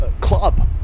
club